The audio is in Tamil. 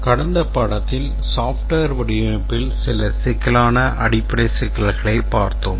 கடந்த பாடத்தில் software வடிவமைப்பில் சில அடிப்படை சிக்கல்களைப் பார்த்தோம்